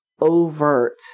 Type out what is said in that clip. overt